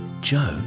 Joe